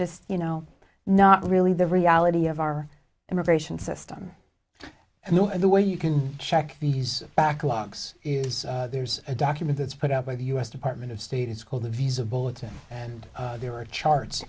just you know not really the reality of our immigration system and the way you can check these backlogs is there's a document that's put out by the u s department of state it's called the visa bulletin and there are charts